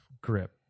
grip